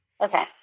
Okay